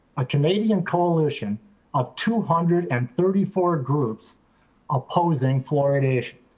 a canadian coalition of two hundred and thirty four groups opposing fluoridation.